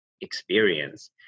experience